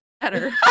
better